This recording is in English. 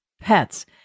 pets